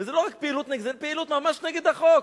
וזו לא רק פעילות נגד, זו פעילות ממש נגד החוק.